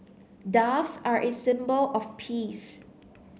doves are a symbol of peace